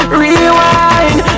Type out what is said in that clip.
rewind